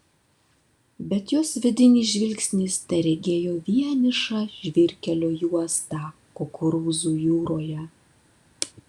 bet jos vidinis žvilgsnis teregėjo vienišą žvyrkelio juostą kukurūzų jūroje